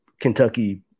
Kentucky